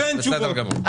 בסדר גמור.